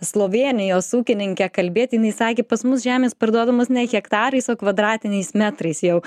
slovėnijos ūkininke kalbėti jinai sakė pas mus žemės parduodamos ne hektarais o kvadratiniais metrais jau